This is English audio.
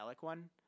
one